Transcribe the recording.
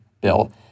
bill